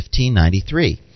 1593